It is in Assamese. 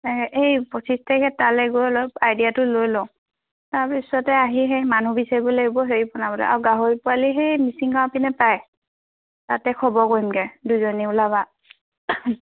এই পঁচিছ তাৰিখে তালে গৈ অলপ আইডিয়াটো লৈ লওঁ তাৰপিছতে আহি সেই মানুহ বিচাৰিব লাগিব হেৰি বনাবলৈ আৰু গাহৰি পোৱালি সেই মিচিং গাঁৱৰ পিনে পায় তাতে খবৰ কৰিমগে দুইজনী ওলাবা